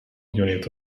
unit